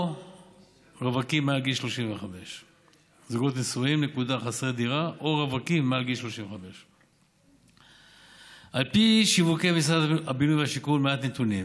או רווקים מעל גיל 35. על פי שיווקי משרד הבינוי והשיכון מעט נתונים: